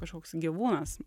kažkoks gyvūnas